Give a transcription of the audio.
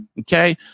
Okay